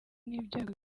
n’ibyago